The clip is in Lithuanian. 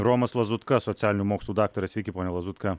romas lazutka socialinių mokslų daktaras sveiki pone lazutka